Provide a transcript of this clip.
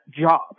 job